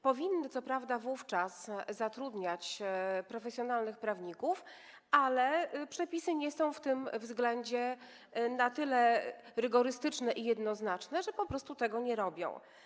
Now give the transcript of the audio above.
Powinni oni co prawda wówczas zatrudniać profesjonalnych prawników, ale przepisy nie są w tym względzie na tyle rygorystyczne i jednoznaczne, więc po prostu tego nie robią.